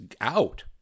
out